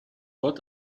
what